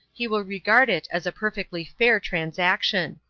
he will regard it as a perfectly fair transaction.